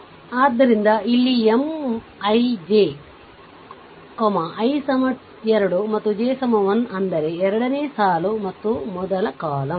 ಆದ್ದರಿಂದ ಇಲ್ಲಿ M I j i2 ಮತ್ತು j 1 ಅಂದರೆ ಎರಡನೇ ಸಾಲು ಮತ್ತು ಮೊದಲ ಕಾಲಮ್